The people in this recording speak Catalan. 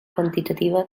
quantitativa